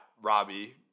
Robbie